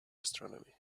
astronomy